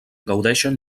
gaudeixen